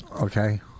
Okay